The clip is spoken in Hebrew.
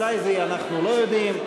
מתי זה יהיה אנחנו לא יודעים,